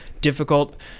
difficult